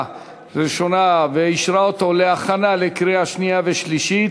ראשונה ואישרה אותה להכנה לקריאה שנייה ושלישית.